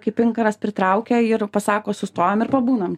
kaip inkaras pritraukia ir pasako sustojam ir pabūnam